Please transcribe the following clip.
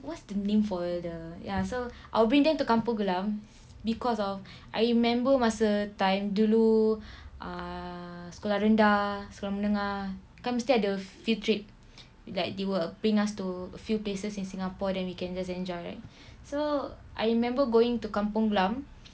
what's the name for the ya so I'll bring them to kampung glam because of I remember masa time dulu ah sekolah rendah sekolah menengah kan mesti ada field trip like they will bring us to a few places in singapore then we can just enjoy right so I remember going to kampung glam